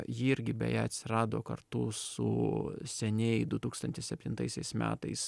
ji irgi beje atsirado kartu su seniai du tūkstantis septintaisiais metais